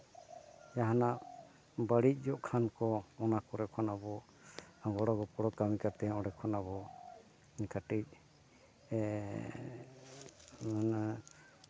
ᱡᱟᱦᱟᱱᱟᱜ ᱵᱟᱹᱲᱤᱡᱚᱜ ᱠᱷᱟᱱ ᱠᱚ ᱚᱱᱟ ᱠᱚᱨᱮ ᱠᱷᱚᱱ ᱟᱵᱚ ᱜᱚᱲᱚ ᱜᱚᱯᱚᱲ ᱠᱟᱹᱢᱤ ᱠᱟᱛᱮᱫ ᱚᱸᱰᱮ ᱠᱷᱚᱱ ᱟᱵᱚ ᱠᱟᱹᱴᱤᱡ ᱩᱱᱟᱹᱜ